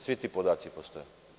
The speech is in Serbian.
Svi ti podaci postoje.